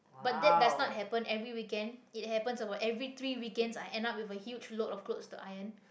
but that does not happen every weekend it happens about every three weekends I end up with a huge load of clothes to iron